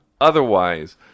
otherwise